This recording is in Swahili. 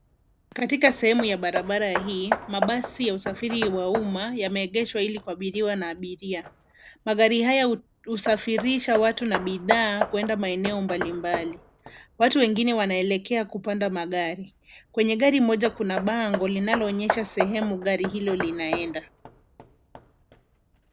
Katika sehemu ya barabara hiii mabasi ya usafiri wa umma yameegeshwa kwa ajili ya kuabiriwa na abiria. Magari haya husafirishwa na bidhaa kuelekea maeneo mbali mbali, watu wengine wana elekea kupanda magari. Kwenye gari moja bango inayo onyesha sehemu gari hilo linalo enda.